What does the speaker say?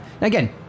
Again